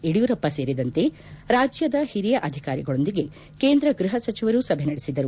ಯಡಿಯೂರಪ್ಪ ಸೇರಿದಂತೆ ರಾಜ್ಯದ ಹಿರಿಯ ಅಧಿಕಾರಿಗಳೊಂದಿಗೆ ಕೇಂದ್ರ ಗ್ಲಹ ಸಚಿವರು ಸಭೆ ನಡೆಬಿದರು